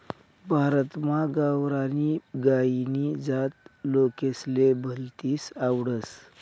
भारतमा गावरानी गायनी जात लोकेसले भलतीस आवडस